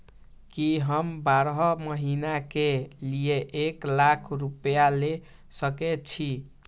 की हम बारह महीना के लिए एक लाख रूपया ले सके छी?